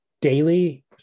daily